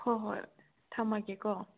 ꯍꯣꯏ ꯍꯣꯏ ꯊꯝꯃꯒꯦꯀꯣ